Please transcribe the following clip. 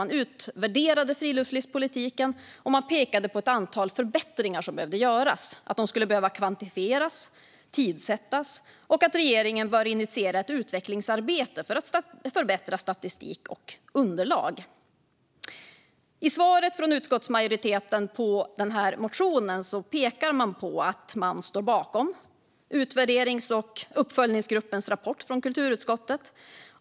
Man utvärderade friluftslivspolitiken, och man pekade på ett antal förbättringar som behövde göras och att de skulle behöva kvantifieras och tidssättas. Man menade också att regeringen bör initiera ett utvecklingsarbete för att förbättra statistik och underlag. I svaret från utskottsmajoriteten på motionen pekar man på att man står bakom utvärderings och uppföljningsgruppens rapport från kulturutskottet.